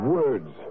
words